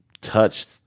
touched